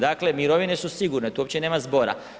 Dakle, mirovine su sigurne, to uopće nema zbora.